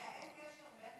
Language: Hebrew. אין קשר בין